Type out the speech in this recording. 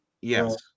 Yes